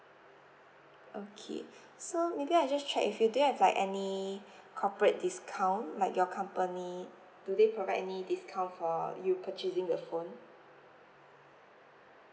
okay so maybe I just check with you do you have like any corporate discount like your company do they provide any discount for you purchasing the phone